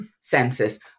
census